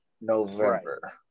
November